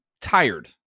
tired